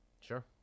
Sure